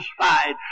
satisfied